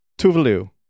Tuvalu